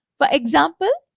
for example,